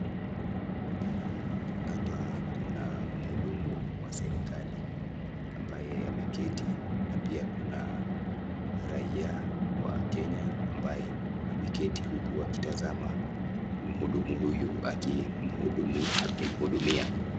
Hapa kuna mhudumu wa serikali ambaye ameketi na pia kuna raia wa kenya ambaye ameketi huku akitazama mhudumu huyu akimhudumia.